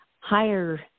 higher